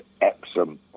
Epsom